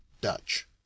Dutch—